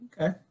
Okay